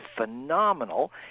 phenomenal